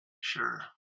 Sure